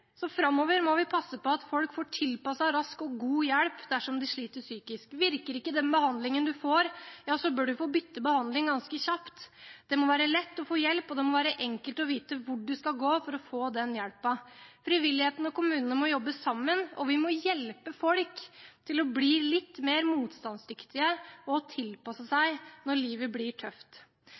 så framover må vi passe på at folk får tilpasset, rask og god hjelp dersom de sliter psykisk. Virker ikke den behandlingen man får, bør man få bytte behandling ganske kjapt. Det må være lett å få hjelp, og det må være enkelt å vite hvor man skal gå for å få den hjelpen. Frivilligheten og kommunene må jobbe sammen, og vi må hjelpe folk til å bli litt mer motstandsdyktige og å tilpasse seg når livet blir tøft.